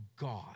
God